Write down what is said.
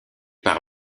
par